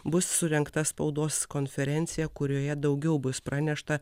bus surengta spaudos konferencija kurioje daugiau bus pranešta